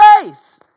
faith